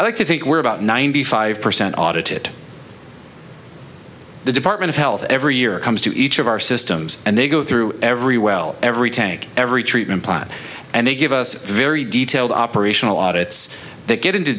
i think we're about ninety five percent audited the department of health every year comes to each of our systems and they go through every well every tank every treatment plan and they give us very detailed operational audits they get into